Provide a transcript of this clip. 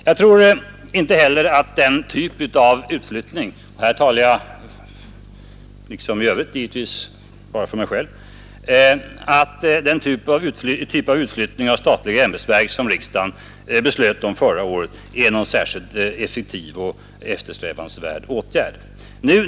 Jag tror för egen del inte heller att den typ av utflyttning av statliga ämbetsverk som riksdagen beslöt förra året är någon särskilt effektiv eller eftersträvansvärd åtgärd.